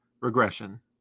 regression